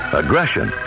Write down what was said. aggression